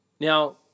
Now